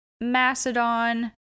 Macedon